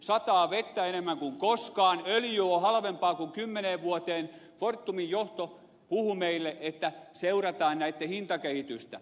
sataa vettä enemmän kuin koskaan öljy on halvempaa kuin kymmeneen vuoteen mutta fortumin johto puhuu meille että seurataan näitten hintakehitystä